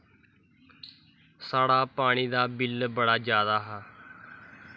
साढ़ा पानी दा बिल बड़ा ज्यादा हा